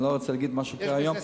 אני לא רוצה להגיד מה שקורה היום.